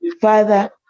Father